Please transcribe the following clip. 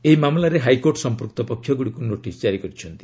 ଏହି ମାମଲାରେ ହାଇକୋର୍ଟ ସମ୍ପୃକ୍ତ ପକ୍ଷଗୁଡ଼ିକୁ ନୋଟିସ୍ ଜାରି କରିଛନ୍ତି